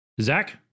Zach